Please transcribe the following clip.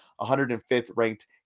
105th-ranked